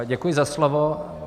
Děkuji za slovo.